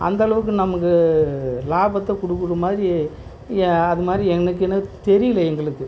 அந்தளவுக்கு நமக்கு லாபத்தை கொடுக்குற மாதிரி அது மாதிரி எனக்கு என்ன தெரியல எங்களுக்கு